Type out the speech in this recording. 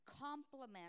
complement